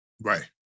Right